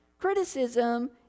Criticism